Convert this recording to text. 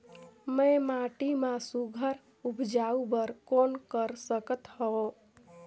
मैं माटी मा सुघ्घर उपजाऊ बर कौन कर सकत हवो?